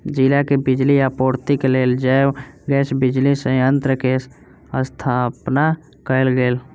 जिला के बिजली आपूर्तिक लेल जैव गैस बिजली संयंत्र के स्थापना कयल गेल